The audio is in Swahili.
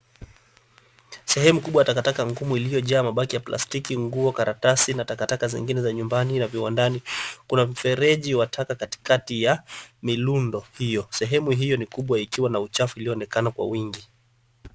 Sehemu kubwa ya takataka ngumu iliyojaa mabaki ya plastiki, nguo, karatasi na takataka zingine za nyumbani na viwandani. Kuna mfereji wa taka katikati ya milundo hiyo. Sehemu hiyo ni kubwa ikiwa na uchafu iliyoonekana kwa wingi.